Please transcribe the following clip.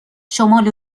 شمال